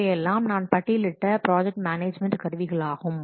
இவையெல்லாம் நான் பட்டியலிட்ட ப்ராஜெக்ட் மேனேஜ்மெண்ட் கருவிகளாகும்